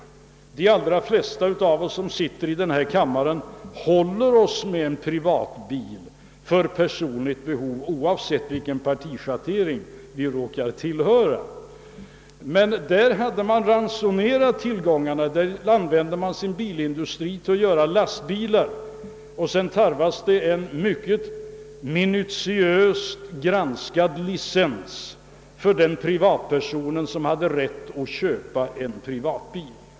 De allra flesta av oss som sitter i denna kammare håller oss med en privatbil för personligt behov oavsett vilken partitillhörighet vi råkar ha. Men i Sovjet hade man ransonerat tillgångarna och använde sin dilindustri till att göra i huvudsak astbilar. Det tarvades en mycket miautiöst granskad licens för den privatperson som ville köpa en privatbil.